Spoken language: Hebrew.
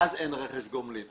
ואז אין רכש גומלין.